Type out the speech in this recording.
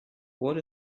what